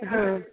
ಹಾಂ